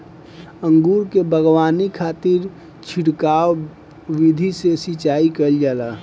अंगूर के बगावानी खातिर छिड़काव विधि से सिंचाई कईल जाला